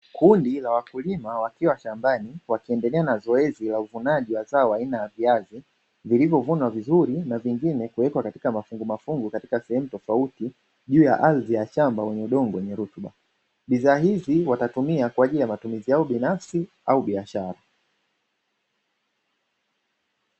Kundi la wakulima wakiwa shambani wakiendelea na zoezi la uvunaji wa zao aina ya viazi vilivyovunwa vizuri na vingine kuwekwa katika mafungumafungu, katika sehemu tofauti juu ya ardhi ya shamba lenye udongo wenye rutububa, bidhaa hizi watatumia kwa ajili ya matumizi yao binafsi au biashara.